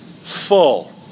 full